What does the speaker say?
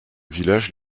village